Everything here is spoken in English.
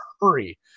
hurry